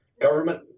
government